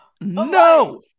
No